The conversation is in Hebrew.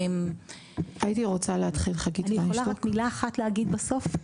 אני יכולה רק מילה אחת להגיד בסוף.